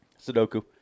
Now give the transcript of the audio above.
Sudoku